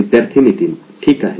विद्यार्थी नितीन ठीक आहे